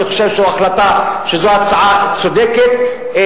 אני חושב שזאת הצעה צודקת.